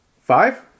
five